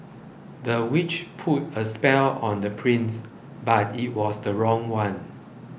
the witch put a spell on the prince but it was the wrong one